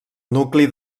nucli